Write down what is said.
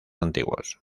antiguos